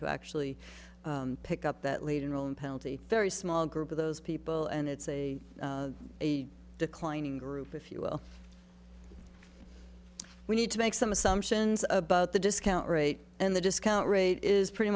to actually pick up that lead role and penalty very small group of those people and it's a declining group if you will we need to make some assumptions about the discount rate and the discount rate is pretty